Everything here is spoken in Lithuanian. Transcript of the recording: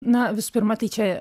na visų pirma tai čia